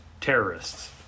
terrorists